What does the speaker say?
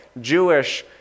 Jewish